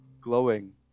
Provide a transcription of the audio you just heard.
glowing